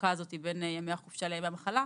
החלוקה הזאת בין בימי החופשה לימי המחלה,